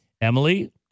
Emily